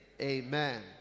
amen